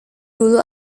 dulu